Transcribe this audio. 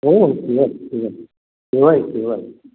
हो yes yes केव्हाही केव्हाही